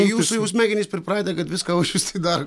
jūsų jau smegenys pripratę kad viską už jus tai daro